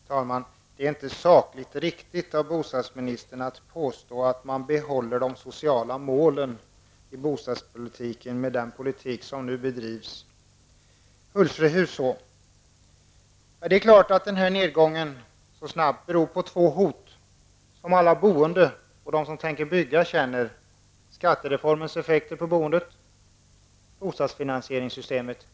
Herr talman! Rent sakligt är det inte riktigt av bostadsministern att påstå att man håller fast vid de sociala målen i bostadspolitiken med den politik som nu bedrivs. När det gäller Hultsfredshus är det klart att den snabba nedgången beror på två hot som de boende och de som står i begrepp att bygga känner: skattereformens effekter på boendet och det nya bostadsfinansieringssystemet.